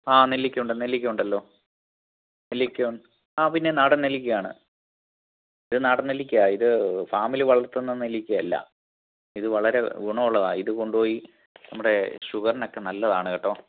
ആ നെല്ലിക്കയുണ്ട് നെല്ലിക്കയുണ്ടല്ലോ നെല്ലിക്കയുണ്ട് ആ പിന്നെ നാടൻ നെല്ലിക്കയാണ് ഇത് നാടൻ നെല്ലിക്കയാണ് ഇത് ഫാമിൽ വളർത്തുന്ന നെല്ലിക്കയല്ല ഇത് വളരെ ഗുണമുള്ളതാണ് ഇത് കൊണ്ടുപോയി നമ്മുടെ ഷുഗറിനൊക്കെ നല്ലതാണ് കേട്ടോ